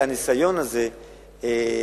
אבל הניסיון הזה להכפיש,